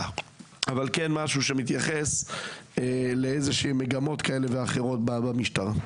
אבל כן משהו שמתייחס לאיזשהן מגמות כאלה ואחרות במשטרה.